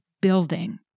building